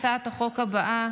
להצעת החוק הבאה,